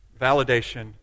validation